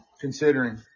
considering